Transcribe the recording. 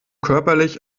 körperlich